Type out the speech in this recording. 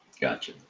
Gotcha